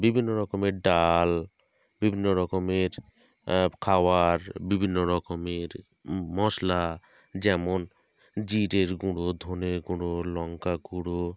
বিভিন্ন রকমের ডাল বিভিন্ন রকমের খাওয়ার বিভিন্ন রকমের মশলা যেমন জিরের গুঁড়ো ধনের গুঁড়ো লঙ্কা গুঁড়ো